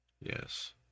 Yes